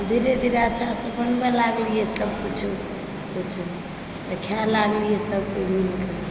धीरे धीरे अच्छासँ बनबै लागलियै सभ किछु किछु तऽ खाय लागलियै सभ कोइ मिलके